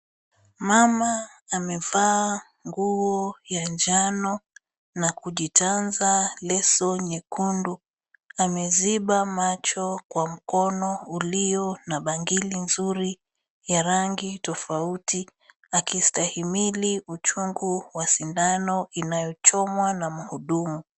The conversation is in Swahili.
Mama amevaa nguo ya njano na kujitanda leso nyekundu. Ameziba macho kwa mkono ulio na bangili nzuri ya rangi tofauti akistahimili uchungu wa sindano inayochomwa na muhudumu.